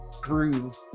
groove